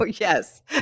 Yes